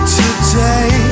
today